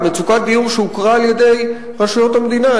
מצוקת דיור שהוכרה על-ידי רשויות המדינה,